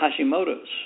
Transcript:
Hashimoto's